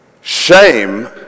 shame